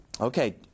Okay